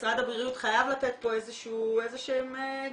משרד הבריאות חייב לתת פה קוים מנחים,